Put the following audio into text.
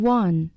one